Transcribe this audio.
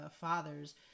fathers